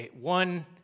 one